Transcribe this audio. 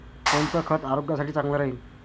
कोनचं खत आरोग्यासाठी चांगलं राहीन?